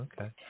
Okay